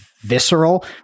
visceral